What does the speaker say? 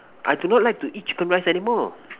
I do not like to eat chicken rice anymore